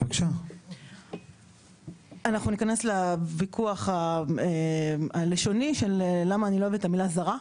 אנחנו ניכנס לוויכוח הלשוני של למה אני לא אוהבת את המילה זרה?